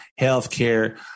healthcare